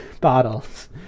bottles